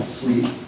sleep